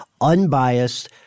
unbiased